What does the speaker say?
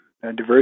Diversity